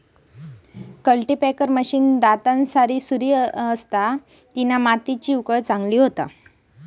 cultipacker machine दातांसारी सुरी असता तिना मातीची उकळ चांगली होता